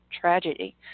tragedy